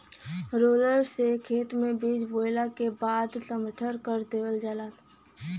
roller से खेत में बीज बोवला के बाद समथर कर देवल जाला